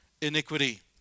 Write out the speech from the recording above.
iniquity